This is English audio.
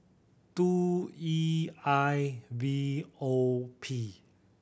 two E I V O P